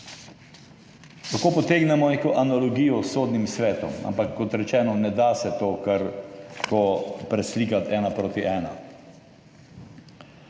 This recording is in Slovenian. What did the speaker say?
Potegnemo lahko neko analogijo s Sodnim svetom, ampak, kot rečeno, ne da se tega kar tako preslikati ena proti ena.